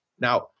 Now